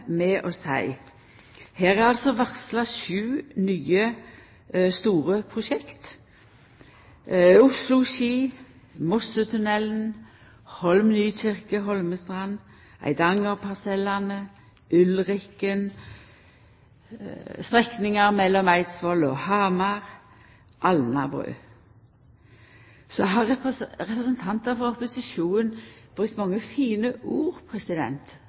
med å seia at det er varsla sju nye, store prosjekt: Oslo–Ski, Mossetunnelen, Holm–Holmestrand–Nykirke, Eidangerparsellen, Ulriken, strekninga mellom Eidsvoll og Hamar, og Alnabru. Så har representantar frå opposisjonen brukt mange fine ord